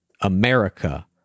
America